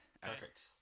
Perfect